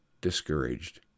discouraged